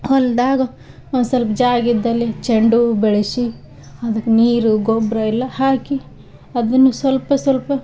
ಹೊಲ್ದಾಗ ಒಂದು ಸೊಲ್ಪ ಜಾಗಿದಲ್ಲಿ ಚಂಡು ಹೂ ಬೆಳೆಸಿ ಅದಕ್ಕೆ ನೀರು ಗೊಬ್ಬರ ಎಲ್ಲ ಹಾಕಿ ಅದುನು ಸ್ವಲ್ಪ ಸ್ವಲ್ಪ